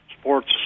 sports